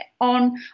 on